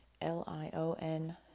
l-i-o-n